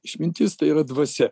išmintis tai yra dvasia